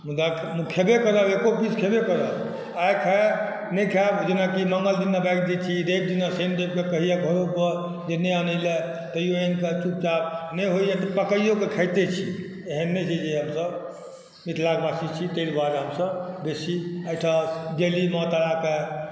मुदा खेबे करब एको पीस खेबे करब आइ खाय नहि खायब जेनाकि मंगल दिन बारि दै छी रवि दिना शनि रवि कऽ कहैया घरो पर जे नहि आनै लए तैयो आनि कऽ चुपचाप नहि होइया तऽ पकाइयो कऽ खाइते छी एहेन नहि छै जे हमसब मिथिला के वासी छी ताहि दुआरे हमसब बेसी एहिठाम डेली माँ तारा के